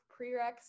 prereqs